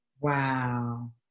Wow